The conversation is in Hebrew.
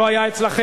לא היה אצלכם,